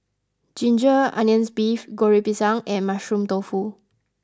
Ginger Onions Beef Goreng Pisang and Mushroom Tofu